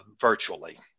virtually